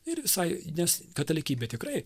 ir visai nes katalikybė tikrai